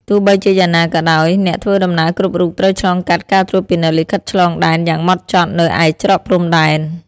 ទោះបីជាយ៉ាងណាក៏ដោយ អ្នកធ្វើដំណើរគ្រប់រូបត្រូវឆ្លងកាត់ការត្រួតពិនិត្យលិខិតឆ្លងដែនយ៉ាងម៉ត់ចត់នៅឯច្រកព្រំដែន។